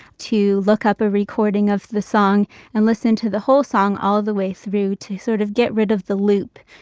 to look up a recording of the song and listen to the whole song all the way through to sort of get rid of the loop.